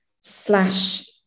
slash